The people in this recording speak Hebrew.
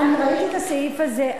אני ראיתי את הסעיף הזה.